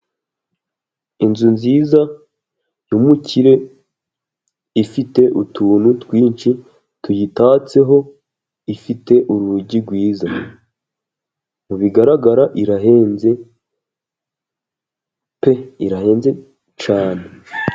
Inzu nziza y'umukire ifite utuntu twinshi tuyitatseho, ifite urugi rwiza mubigaragara irahenze pe, irahenze cyane.